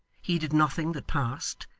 heeded nothing that passed,